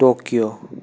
टोक्यो